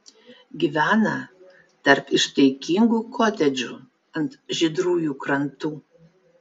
gyvena tarp ištaigingų kotedžų ant žydrųjų krantų